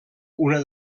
una